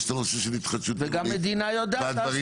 יש צורך בהתחדשות עירונית בדברים הללו.